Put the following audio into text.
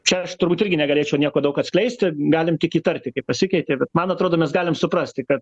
čia turbūt irgi negalėčiau nieko daug atskleisti galim tik įtarti kaip pasikeitė bet man atrodo mes galim suprasti kad